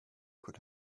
could